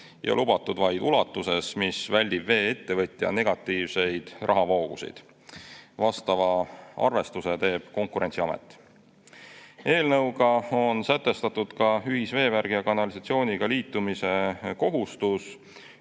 on lubatud vaid ulatuses, mis väldib vee-ettevõtte negatiivseid rahavoogusid. Vastava arvestuse teeb Konkurentsiamet. Eelnõuga on sätestatud ka ühisveevärgi ja ‑kanalisatsiooniga liitumise kohustus